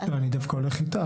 אבל אני דווקא הולך איתך,